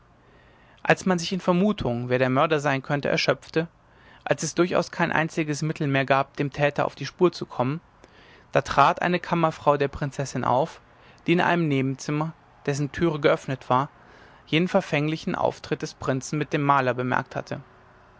als man sich in vermutungen wer der mörder sein könne erschöpfte als es durchaus kein einziges mittel mehr gab dem täter auf die spur zu kommen da trat eine kammerfrau der prinzessin auf die in einem nebenzimmer dessen türe geöffnet war jenen verfänglichen auftritt des prinzen mit dem maler bemerkt hatte